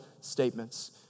statements